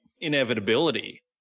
inevitability